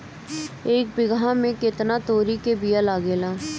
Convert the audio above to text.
एक बिगहा में केतना तोरी के बिया लागेला?